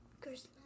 Christmas